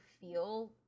feel